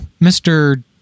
Mr